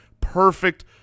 perfect